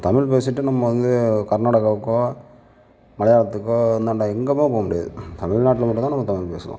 இப்போ தமிழ் பேசிகிட்டு நம்ம வந்து கர்நாடகாவுக்கோ மலையாளத்துக்கோ அந்தாண்ட எங்கேயுமே போகமுடியாது தமிழ் நாட்டில் மட்டுந்தான் நம்ப தமிழ் பேசலாம்